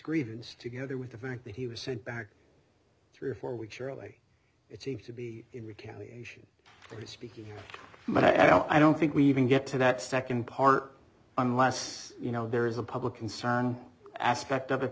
grievance together with the fact that he was sent back three or four weeks early it seems to be in retaliation for his speaking but i don't i don't think we even get to that second part unless you know there is a public concern aspect of it